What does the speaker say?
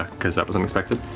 because that was unexpected.